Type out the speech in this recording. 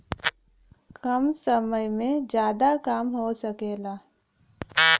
कम समय में जादा काम हो सकला